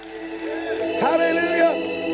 hallelujah